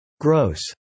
Gross